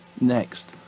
Next